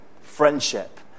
friendship